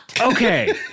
Okay